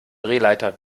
drehleiter